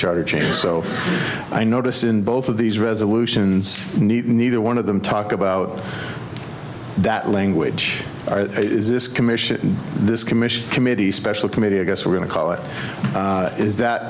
charter changes so i noticed in both of these resolutions need neither one of them talk about that language this commission this commission committee special committee i guess we're going to call it is that